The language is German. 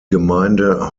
gemeinde